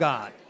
God